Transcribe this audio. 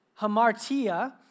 hamartia